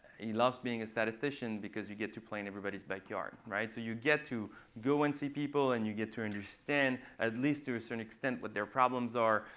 he loves being a statistician, because you get to play in everybody's backyard. right, so you get to go and see people. and you get to understand, at least to a certain extent, what their problems are.